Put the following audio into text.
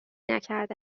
نکرده